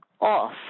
off